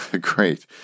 Great